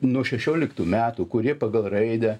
nuo šešioliktų metų kurie pagal raidę